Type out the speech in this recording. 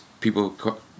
people